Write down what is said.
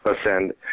ascend